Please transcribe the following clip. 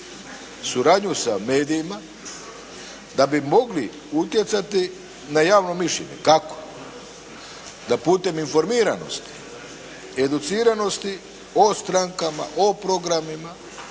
suradnju sa medijima da bi mogli utjecati na javno mišljenje. Kako? Da putem informiranosti i educiranosti o strankama, o programima